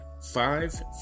five